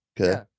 Okay